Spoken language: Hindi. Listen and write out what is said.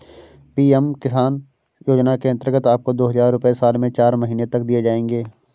पी.एम किसान योजना के अंतर्गत आपको दो हज़ार रुपये साल में चार महीने तक दिए जाएंगे